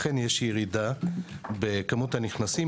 אכן יש ירידה בכמות הנכנסים.